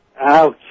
Ouch